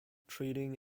treating